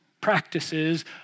practices